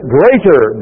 greater